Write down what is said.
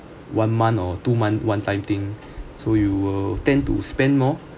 one month or two month one time thing so you will tend to spend more